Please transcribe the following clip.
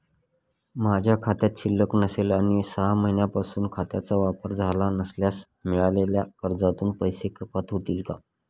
माझ्या खात्यात शिल्लक नसेल आणि सहा महिन्यांपासून खात्याचा वापर झाला नसल्यास मिळालेल्या कर्जातून पैसे कपात होतील का?